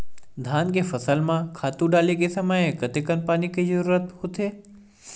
धान के फसल म खातु डाले के समय कतेकन पानी के जरूरत होथे?